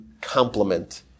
complement